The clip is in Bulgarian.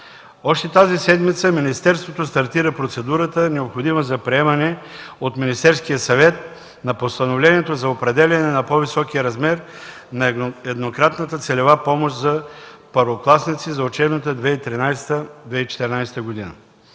Още тази седмица министерството стартира процедурата, необходима за приемане от Министерския съвет на постановлението за определяне на по-високия размер на еднократната целева помощ за първокласници за учебната 2013-2014 г.